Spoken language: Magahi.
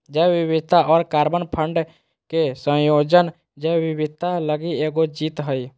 जैव विविधता और कार्बन फंड के संयोजन जैव विविधता लगी एगो जीत हइ